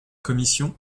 commission